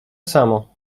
samo